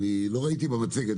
לא ראיתי את המצגת.